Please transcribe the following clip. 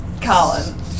Colin